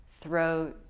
throat